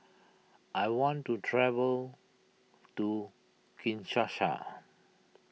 I want to travel to Kinshasa